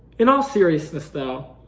in all seriousness though,